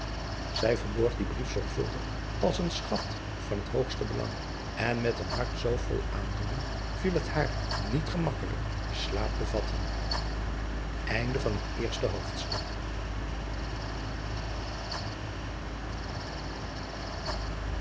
ij verborg dien brief zorgvuldig als een schat van het hoogste belang en met een hart zoo vol aandoening viel het haar niet gemakkelijk den slaap te vatten driaan oosjes zn et